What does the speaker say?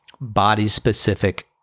body-specific